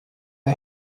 der